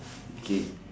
okay